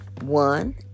One